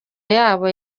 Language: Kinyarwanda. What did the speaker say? yabo